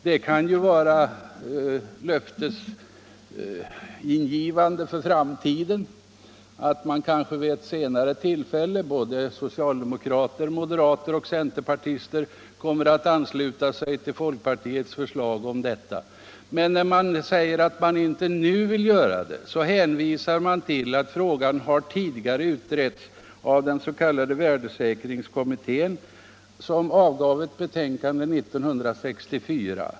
Den skrivningen kan ju te sig hoppingivande för framtiden, och man kan ju tro att såväl socialdemokrater som moderater och centerpartister då kommer att ansluta sig till folkpartiets förslag om en sådan utredning. Men när utskottet inte nu vill tillstyrka motionen hänvisar utskottet till att frågan tidigare utretts av den s.k. värdesäkringskommittén, som avgav sitt betänkande 1964.